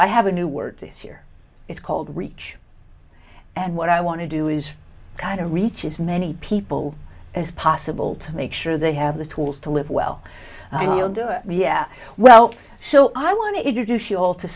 i have a new word this year it's called reach and what i want to do is kind of reaches many people as possible to make sure they have the tools to live well yeah well so i want to introduce you all to